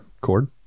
cord